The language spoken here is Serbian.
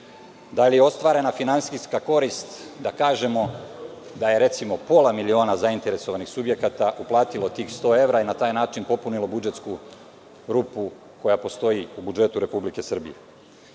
Da li je ostvarena finansijska korist? Da kažemo da je, recimo, pola miliona zainteresovanih subjekata uplatilo tih 100 evra i na taj način popunilo budžetsku rupu koja postoji u budžetu Republike Srbije.